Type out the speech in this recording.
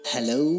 Hello